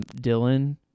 Dylan